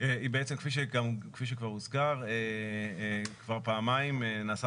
היא כפי שכבר הוזכר כבר פעמיים נעשה